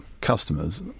customers